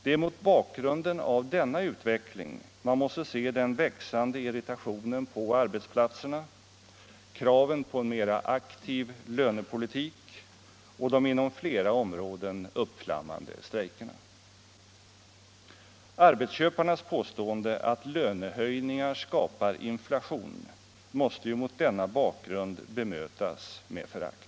Det är mot bakgrunden av denna utveckling man måste se den växande irritationen på arbetsplatserna, kraven på en mera aktiv lönepolitik och de inom flera områden uppflammande strejkerna. Arbetsköparnas påstående att lönehöjningar skapar inflation måste mot denna bakgrund bemötas med förakt.